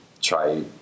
try